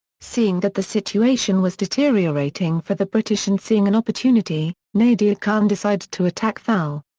seeing that the situation was deteriorating for the british and seeing an opportunity, nadir khan decided to attack thal.